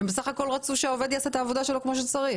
ובסך הכול הם רצו שהעובד יעשה את העבודה שלו כמו שצריך.